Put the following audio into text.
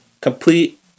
complete